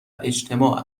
اجتماع